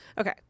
Okay